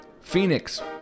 Phoenix